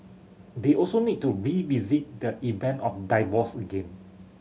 they also need to revisit the event of divorce again